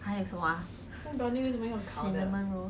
还有什么 ah cinnamon roll